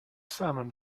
salmon